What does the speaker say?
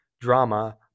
drama